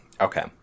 Okay